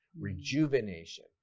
rejuvenation